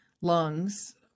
lungs